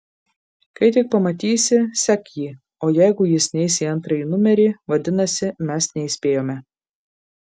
kai tik pamatysi sek jį o jeigu jis neis į antrąjį numerį vadinasi mes neįspėjome